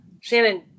Shannon